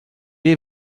est